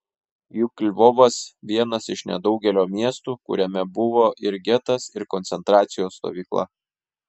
juk lvovas vienas iš nedaugelio miestų kuriame buvo ir getas ir koncentracijos stovykla